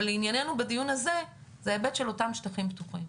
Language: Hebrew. אבל לענייננו בדיון הזה הוא ההיבט של אותם שטחים פתוחים.